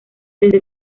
desde